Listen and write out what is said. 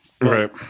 Right